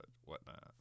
whatnot